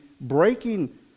breaking